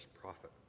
prophet